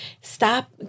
stop